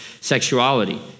sexuality